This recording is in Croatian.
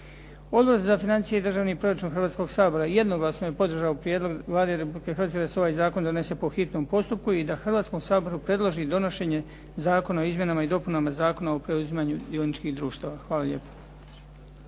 Odbor za financije i državni proračun Hrvatskog sabora jednoglasno je podržao prijedlog Vlade Republike Hrvatske da se ovaj zakon donese po hitnom postupku i da Hrvatskom saboru predloži donošenje Zakona o izmjenama i dopunama Zakona o preuzimanju dioničkih društava. Hvala lijepa.